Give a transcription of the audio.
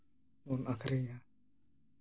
ᱵᱚᱱ ᱟᱠᱷᱨᱤᱧᱟ